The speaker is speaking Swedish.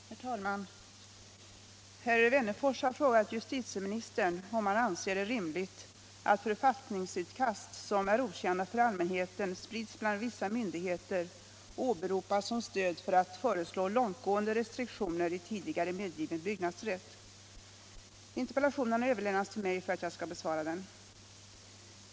Herr talman! Herr Wennerfors har frågat justitieministern om han anser det rimligt att författningsutkast, som är okända för allmänheten, sprids bland vissa myndigheter och åberopas som stöd för att föreslå långtgående restriktioner i tidigare medgiven byggnadsrätt. Interpellationen har överlämnats till mig för att jag skall besvara den.